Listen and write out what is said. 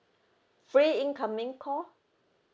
free incoming call